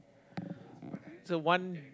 it's a one